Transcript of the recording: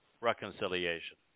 reconciliation